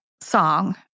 song